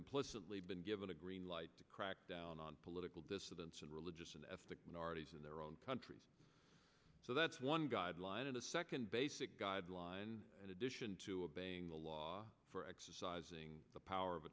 implicitly given a green light to crackdown on political dissidents and religious and ethnic minorities in their own countries so that's one guideline and a second basic guideline in addition to a bangle law for exercising the power of